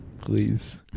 Please